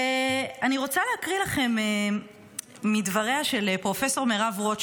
אני רוצה להקריא לכם מדבריה של פרופ' מירב רוט,